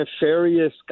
nefarious